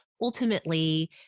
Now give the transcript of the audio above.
ultimately